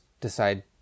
decide